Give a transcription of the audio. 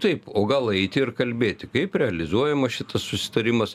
taip o gal eiti ir kalbėti kaip realizuojamas šitas susitarimas